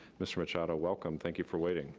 mr. machado, welcome thank you for waiting.